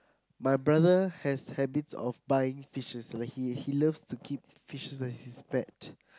my brother has habits of buying fishes like he he loves to keep fishes as his pet